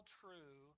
true